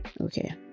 okay